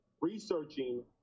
researching